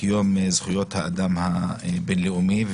יום זכויות האדם הבין-לאומי.